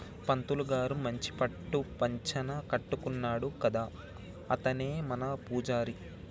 పంతులు గారు మంచి పట్టు పంచన కట్టుకున్నాడు కదా అతనే మన పూజారి